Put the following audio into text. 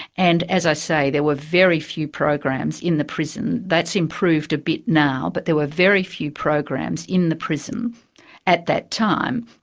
and as i say, there were very few programs in the prison. that's improved a bit now, but there were very few programs in the prison at that time.